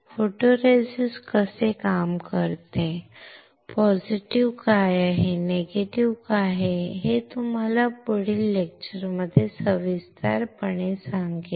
photo resist कसे काम करते पॉझिटिव्ह काय निगेटिव्ह काय हे मी तुम्हाला पुढील लेक्चरमध्ये सविस्तरपणे सांगेन